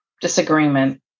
disagreement